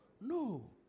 No